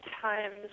times